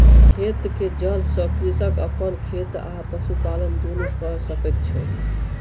खेत के जल सॅ कृषक अपन खेत आ पशुपालन दुनू कय सकै छै